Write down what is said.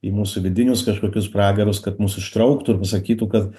į mūsų vidinius kažkokius pragarus kad mus ištrauktų ir pasakytų kad